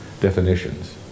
definitions